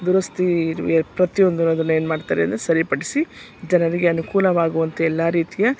ದುರಸ್ಥಿ ಪ್ರತಿಯೊಂದು ಅದನ್ನು ಏನ್ಮಾಡ್ತಾರೆ ಅಂದರೆ ಸರಿಪಡಿಸಿ ಜನರಿಗೆ ಅನುಕೂಲವಾಗುವಂತೆ ಎಲ್ಲ ರೀತಿಯ